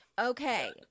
okay